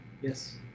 yes